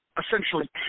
essentially